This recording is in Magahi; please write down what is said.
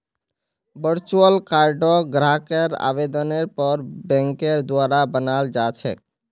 वर्चुअल कार्डक ग्राहकेर आवेदनेर पर बैंकेर द्वारा बनाल जा छेक